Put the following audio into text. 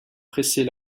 presser